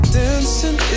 dancing